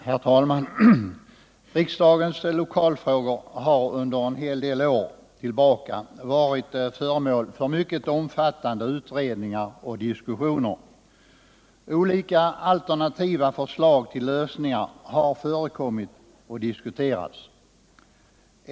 Herr talman! Riksdagens lokalfrågor har under en hel del år tillbaka varit föremål för mycket omfattande utredningar och diskussioner. Olika alternativa förslag till lösningar har förekommit och diskuterats.